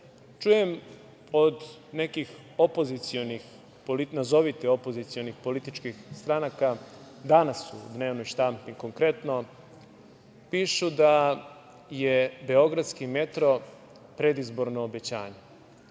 metro. Čujem od nekih nazovite opozicionih političkih stranaka, danas u dnevnoj štampi konkretno, pišu da je beogradski metro predizborno obećanje.